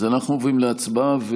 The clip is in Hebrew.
אנחנו עוברים להצבעה.